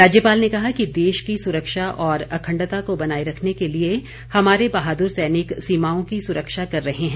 राज्यपाल ने कहा कि देश की सुरक्षा और अखंडता को बनाए रखने के लिए हमारे बहादुर सैनिक सीमाओं की सुरक्षा कर रहे हैं